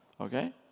Okay